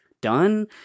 done